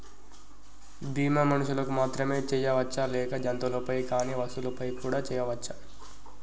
బీమా మనుషులకు మాత్రమే చెయ్యవచ్చా లేక జంతువులపై కానీ వస్తువులపై కూడా చేయ వచ్చా?